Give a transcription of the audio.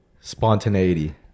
spontaneity